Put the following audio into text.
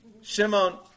Shimon